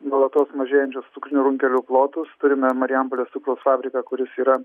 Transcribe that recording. nuolatos mažėjančius cukrinių runkelių plotus turime marijampolės cukraus fabriką kuris yra